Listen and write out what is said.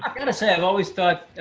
um gotta say, i um always thought,